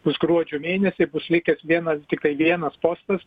bus gruodžio mėnesį bus likęs vienas tiktai vienas postas